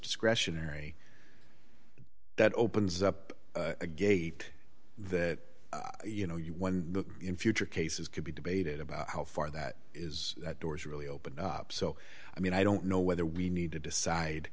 discretionary that opens up a gate that you know in future cases could be debated about how far that is that doors really open up so i mean i don't know whether we need to decide